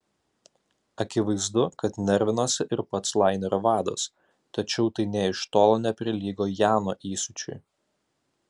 akivaizdu kad nervinosi ir pats lainerio vadas tačiau tai nė iš tolo neprilygo jano įsiūčiui